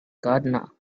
gardener